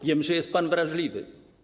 Wiem, że jest pan wrażliwy.